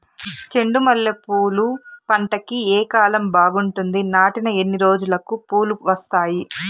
చెండు మల్లె పూలు పంట కి ఏ కాలం బాగుంటుంది నాటిన ఎన్ని రోజులకు పూలు వస్తాయి